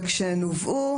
וכשהן הובאו,